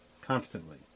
constantly